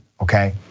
okay